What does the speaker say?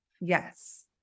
Yes